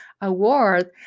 award